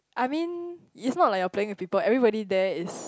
I mean it's not like you're playing with people everybody there is